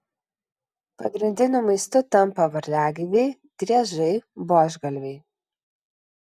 pagrindiniu maistu tampa varliagyviai driežai buožgalviai